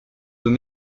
dans